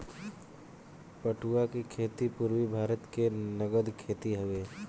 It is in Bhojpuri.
पटुआ के खेती पूरबी भारत के नगद खेती हवे